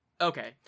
Okay